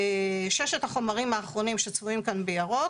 ששת החומרים האחרונים שצבועים כאן בירוק